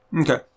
Okay